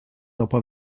dopo